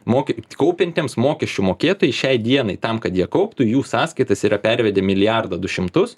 moki kaupiantiems mokesčių mokėtojai šiai dienai tam kad jie kauptų jų sąskaitas yra pervedę milijardą du šimtus